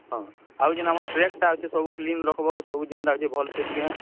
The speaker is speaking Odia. ହଁ ଆଉ ଯେନ୍ ଆମର୍ ଟ୍ରାକ୍ଟା ଅଛେ ସବୁ କ୍ଲିନ୍ ରଖ୍ବ ଆଉ ସବୁ ଯେନ୍ଟା ଅଛେ ଭଲ୍ସେ ଟିକେ ହେଁ